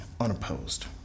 unopposed